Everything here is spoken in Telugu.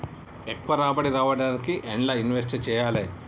ఎక్కువ రాబడి రావడానికి ఎండ్ల ఇన్వెస్ట్ చేయాలే?